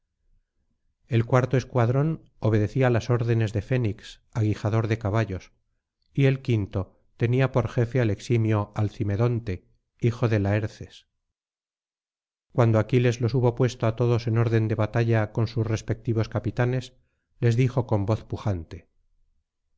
el cuarto escuadrón obedecía laj órdenes de fénix aguijador de caballos y el quinto tenía por jefe al eximio alcimedonte hijo de laerces cuando aquiles los hubo puesto á todos en orden de batalla con sus respectivos capitanes les dijo con voz pujante